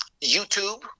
YouTube